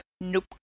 nope